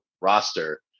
roster